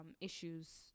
issues